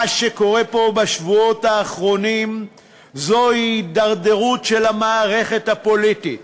מה שקורה פה בשבועות האחרונים זה הידרדרות של המערכת הפוליטית,